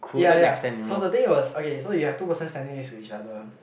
ya ya so the thing was okay so you have two person standing next to each other